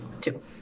two